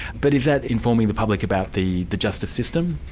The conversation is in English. but is that informing the public about the the justice system?